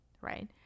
right